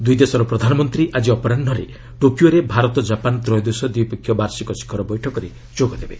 ଦୁଇ ଦେଶର ପ୍ରଧାନମନ୍ତ୍ରୀ ଆଜି ଅପରାହ୍ନରେ ଟୋକିଓରେ ଭାରତ ଜାପାନ୍ ତ୍ରୟୋଦଶ ଦ୍ୱିପକ୍ଷୀୟ ବାର୍ଷିକ ଶିଖର ବୈଠକରେ ଯୋଗ ଦେବେ